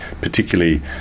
particularly